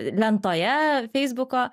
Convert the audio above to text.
lentoje feisbuko